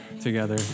together